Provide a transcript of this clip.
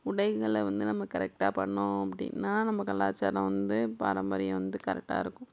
உடைங்களை வந்து நம்ம கரெக்டாக பண்ணோம் அப்படின்னா நம்ம கலாச்சாரம் வந்து பாரம்பரியம் வந்து கரெக்டாக இருக்கும்